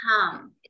come